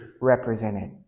represented